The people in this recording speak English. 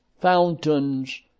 fountains